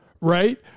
right